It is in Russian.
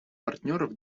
партнеров